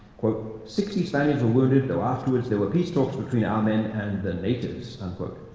quote, sixty spaniards were wounded, though afterwards there were peace talks between our men and the natives, unquote.